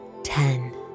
Ten